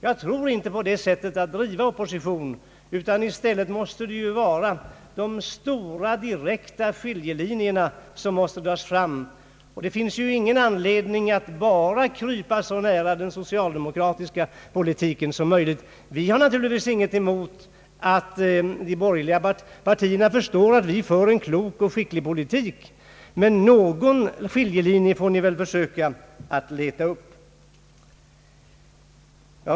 Jag tror inte på det sättet att driva opposition, utan i stället måste det vara de stora direkta skiljelinjerna som skall dras fram. Det finns ju ingen anledning att bara krypa så nära den socialdemokratiska politiken som möjligt. Vi har naturligtvis inget emot att de borgerliga partierna förstår att vi för en klok och skicklig politik, men någon skiljelinje får ni väl försöka leta upp.